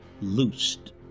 loosed